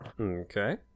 okay